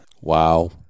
Wow